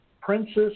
Princess